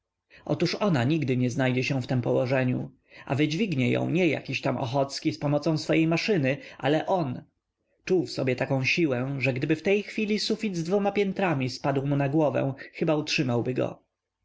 otóż ona nigdy nie znajdzie się w tem położeniu a wydźwignie ją nie jakiś tam ochocki za pomocą swojej maszyny ale on czuł w sobie taką siłę iż gdyby w tej chwili sufit z dwoma piętrami spadł mu na głowę chyba utrzymałby